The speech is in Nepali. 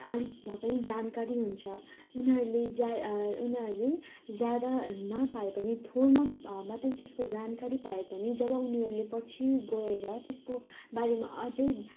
अलिक भए पनि जानकारी हुन्छ उनीहरूले जा उनीहरूले ज्यादा नपाए पनि थोरमा मात्रै त्यसको जानकारी पाए पनि जब उनीहरूले पछि गएर त्यसको बारेमा अझै